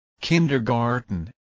kindergarten